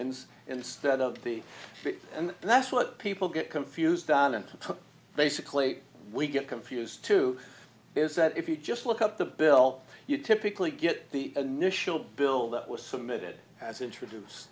and instead of the and that's what people get confused on and basically we get confused too is that if you just look up the bill you typically get the initial bill that was submitted as introduce